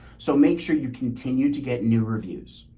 so make sure you continue to get new reviews.